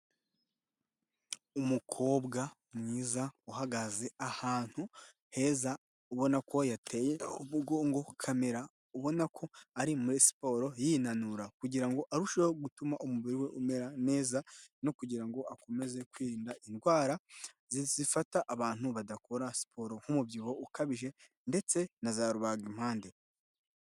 Umukobwa mwiza uhagaze ahantu heza, ubona ko yateye umugongo kamera, ubona ko ari muri siporo yinanura kugira ngo arusheho gutuma umubiri we umera neza no kugira ngo akomeze kwirinda indwara zifata abantu badakora siporo nk'umubyibuho ukabije ndetse na za rubagimpande.